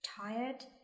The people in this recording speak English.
tired